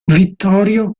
vittorio